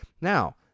Now